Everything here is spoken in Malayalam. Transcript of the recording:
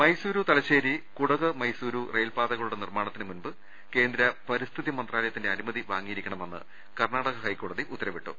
മൈസൂരു തലശ്ശേരി കുടക് മൈസൂരു റെയിൽപാതകളുടെ നിർമ്മാണത്തിന് മുമ്പ് കേന്ദ്ര പരിസ്ഥിതി മന്ത്രാലയത്തിന്റെ അനു മതി വാങ്ങിയിരിക്കണമെന്ന് കർണാടക ഹൈക്കോടതി ഉത്തരവിട്ടു